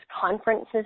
conferences